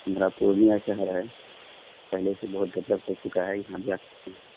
ہمرا پورنیہ شہر ہے پہلے سے بہت ڈولپ کر چکا ہے یہاں بھی آ سکتے ہیں